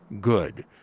good